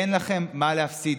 אין לכם מה להפסיד,